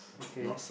okay